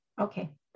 okay